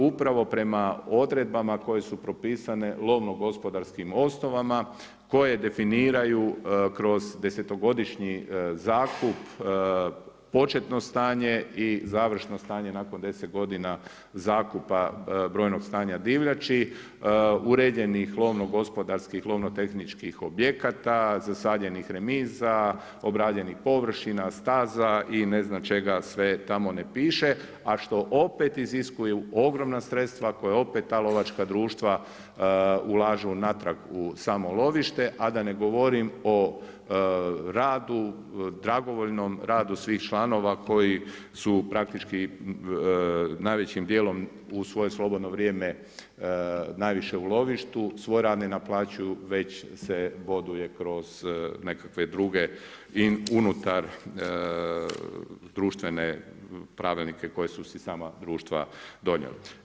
Upravo prema odredbama koje su propisane lovno gospodarskim osnovama koje definiraju kroz desetogodišnji zakup, početno stanje i završno stanje nakon deset godina zakupa brojnog stanja divljači, uređenih lovno gospodarskih, lovno tehničkih objekta, zasađenih remiza, obrađenih površina staza i ne znam čega sve tamo ne piše, a što opet iziskuju ogromna sredstva koja opet ta lovačka društva ulažu natrag u samo lovište, a da ne govorim o radu dragovoljnom radu svih članova koji su praktički najvećim dijelom u svoje slobodno vrijeme najviše u lovištu, svoj rad ne naplaćuju već se boduje kroz nekakve druge unutardruštvene pravilnike koje su si sama društva donijela.